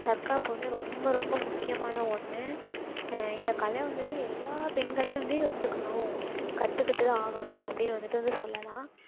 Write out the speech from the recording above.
தற்காப்பு வந்து ரொம்ப ரொம்ப முக்கியமான ஒன்று இந்தக் கலை வந்துட்டு எல்லாப் பெண்களுமே வந்து இதை கற்றுக்கணும் கற்றுக்கிட்டு தான் ஆகணும் அப்படின்னு வந்துட்டு வந்து சொல்லலாம்